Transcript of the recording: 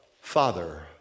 Father